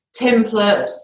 templates